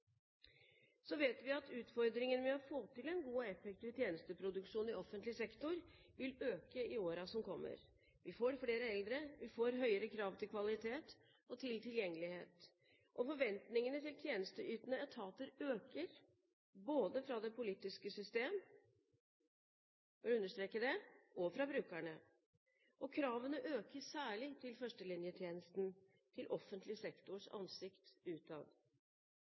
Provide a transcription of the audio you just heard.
Så vet vi at utfordringene med å få til en god og effektiv tjenesteproduksjon i offentlig sektor vil øke i årene som kommer. Vi får flere eldre, og vi får høyere krav til kvalitet og tilgjengelighet. Forventningene til tjenesteytende etater øker både fra det politiske system – jeg vil understreke det – og fra brukerne. Kravene øker særlig til førstelinjetjenesten, til offentlig sektors ansikt utad.